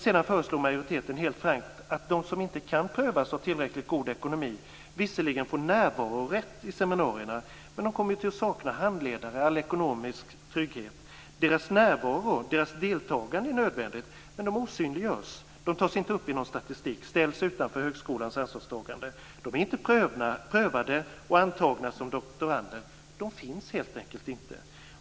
Sedan föreslår majoriteten dock helt frankt att de som inte kan bedömas ha tillräckligt god ekonomi visserligen får närvarorätt vid seminarierna men skall sakna handledare och all ekonomisk trygghet. Deras närvaro och deltagande är nödvändigt, men de osynliggörs, tas inte upp i någon statistik och ställs utanför högskolans ansvarstagande. De är inte prövade och antagna som doktorander - de finns helt enkelt inte.